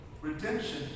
redemption